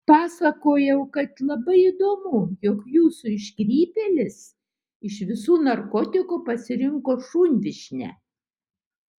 pasakojau kad labai įdomu jog jūsų iškrypėlis iš visų narkotikų pasirinko šunvyšnę